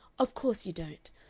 of course you don't.